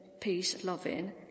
peace-loving